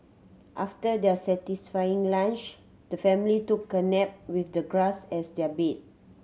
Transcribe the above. after their satisfying lunch the family took a nap with the grass as their bed